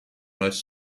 most